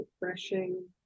refreshing